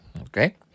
okay